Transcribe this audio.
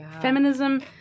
feminism